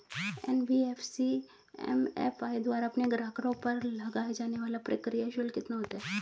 NBFC MFI द्वारा अपने ग्राहकों पर लगाए जाने वाला प्रक्रिया शुल्क कितना होता है?